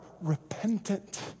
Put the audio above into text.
repentant